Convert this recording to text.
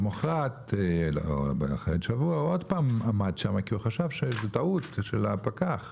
למחרת או אחרי שבוע הוא עוד פעם עמד שם כי הוא חשב שזו טעות של הפקח,